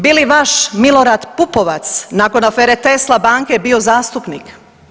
Bi li vaš Milorad Pupovac nakon afere Tesla banke bio zastupnik?